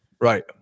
Right